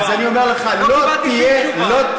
אז אני אומר לך: לא תהיה, לא קיבלתי שום תשובה.